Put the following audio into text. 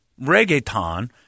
Reggaeton